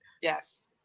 Yes